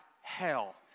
hell